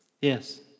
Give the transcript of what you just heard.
Yes